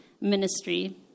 ministry